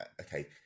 okay